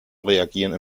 reagieren